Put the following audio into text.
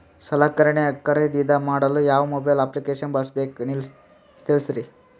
ಸಲಕರಣೆ ಖರದಿದ ಮಾಡಲು ಯಾವ ಮೊಬೈಲ್ ಅಪ್ಲಿಕೇಶನ್ ಬಳಸಬೇಕ ತಿಲ್ಸರಿ?